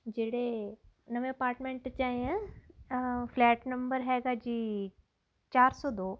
ਜਿਹੜੇ ਨਵੇਂ ਅਪਾਰਟਮੈਂਟ 'ਚ ਆਏ ਹਾਂ ਫਲੈਟ ਨੰਬਰ ਹੈਗਾ ਜੀ ਚਾਰ ਸੌ ਦੋ